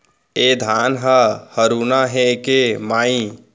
ए धान ह हरूना हे के माई?